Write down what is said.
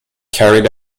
carried